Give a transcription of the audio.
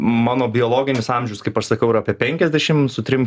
mano biologinis amžius kaip aš sakau yra apie penkiasdešim su trim